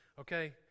okay